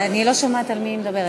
אני לא שומעת על מי היא מדברת.